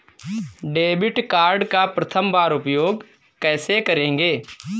Debit card का प्रथम बार उपयोग कैसे करेंगे?